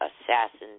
assassins